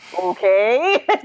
Okay